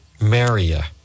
Maria